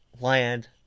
land